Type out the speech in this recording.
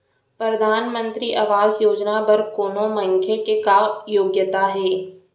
परधानमंतरी आवास योजना बर कोनो मनखे के का योग्यता हे?